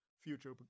future